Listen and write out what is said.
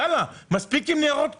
יאללה, מספיק עם ניירות קהלת.